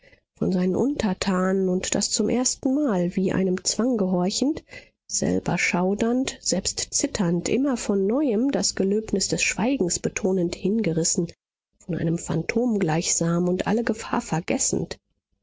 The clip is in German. von seinen untertanen und das zum erstenmal wie einem zwang gehorchend selber schaudernd selbst zitternd immer von neuem das gelöbnis des schweigens betonend hingerissen von einem phantom gleichsam und alle gefahr vergessend